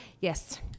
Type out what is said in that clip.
Yes